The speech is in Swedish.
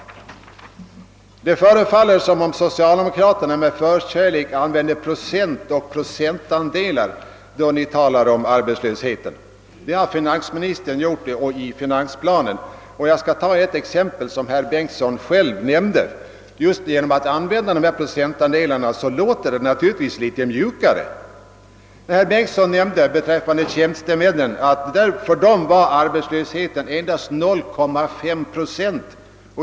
Det förefaller som om socialdemokraterna med förkärlek använder procent och procentandelar när de talar om arbetslösheten. Det har finansministern gjort i finansplanen, och jag skall ta ett exempel som herr Bengtsson själv använde. Genom att använda dessa procentandelar låter det naturligtvis litet mjukare. Herr Bengtsson sade att arbetslösheten för tjänstemännen var endast 0,5 procent.